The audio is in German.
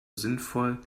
sinnvoll